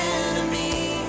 enemy